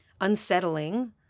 unsettling